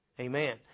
Amen